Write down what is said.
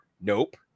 Nope